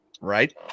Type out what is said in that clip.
Right